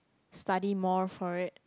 study more for it